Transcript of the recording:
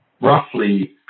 roughly